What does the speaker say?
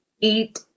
eat